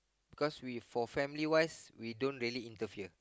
cause we for family wise we don't really interfere